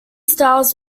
styles